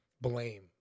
blame